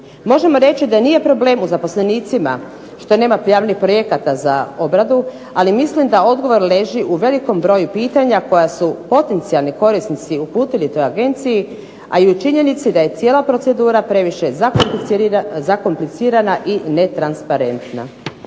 Možemo reći da nije problem u zaposlenicima što nema prijavljenih projekata za obradu, ali mislim da odgovor leži u velikom broju pitanja koja su potencijalni korisnici uputili toj agenciji, a i u činjenici da je cijela procedura previše zakomplicirana i netransparentna.